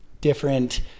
different